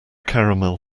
caramel